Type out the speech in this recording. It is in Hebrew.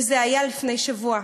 וזה היה לפני שבוע,